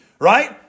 right